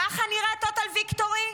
ככה נראה total victory?